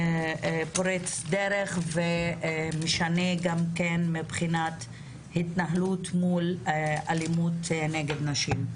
פורץ דרך ומשנה גם מבחינת התנהלות מול אלימות נגד נשים.